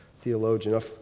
theologian